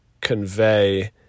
convey